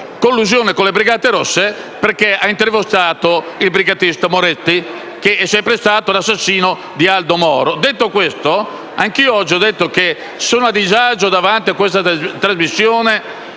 collusione con le Brigate Rosse, perché ha intervistato il brigatista Moretti, che è pur sempre stato l'assassino di Aldo Moro. Detto questo, anch'io oggi ho detto che sono a disagio davanti a questa trasmissione